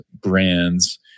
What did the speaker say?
brands